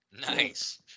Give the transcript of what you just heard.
Nice